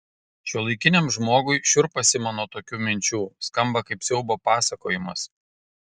šiuolaikiniam žmogui šiurpas ima nuo tokių minčių skamba kaip siaubo pasakojimas